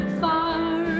far